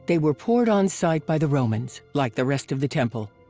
they were poured on site by the romans, like the rest of the temple.